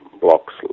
blocks